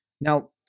Now